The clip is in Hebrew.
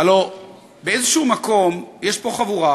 הלוא באיזה מקום יש פה חבורה,